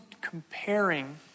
comparing